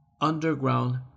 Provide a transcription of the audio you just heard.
underground